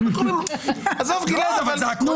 אנחנו --- ציבור, בגלל זה באנו לכאן.